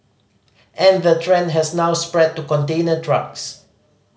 and the trend has now spread to container trucks